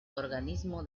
organismo